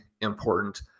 important